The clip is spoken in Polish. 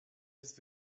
jest